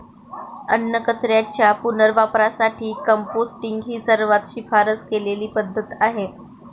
अन्नकचऱ्याच्या पुनर्वापरासाठी कंपोस्टिंग ही सर्वात शिफारस केलेली पद्धत आहे